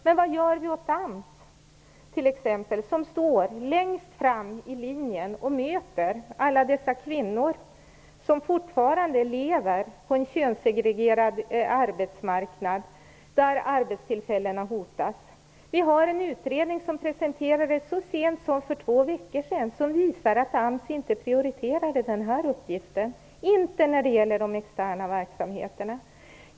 Men vad gör vi åt t.ex. AMS, som står längst fram i linjen och möter alla dessa kvinnor som fortfarande lever på en könssegregerad arbetsmarknad, där arbetstillfällena hotas? I en utredning, som presenterades för så sent som för två veckor sedan, visar man att AMS inte prioriterar den här uppgiften när det gäller de externa verksamheterna.